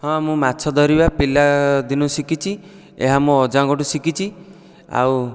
ହଁ ମୁଁ ମାଛ ଧରିବା ପିଲା ଦିନୁ ଶିଖିଛି ଏହା ମୋ ଅଜାଙ୍କ ଠୁ ଶିଖିଛି ଆଉ